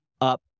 up